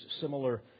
similar